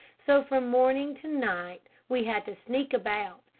so, from morning to night we had to sneak about,